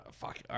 Fuck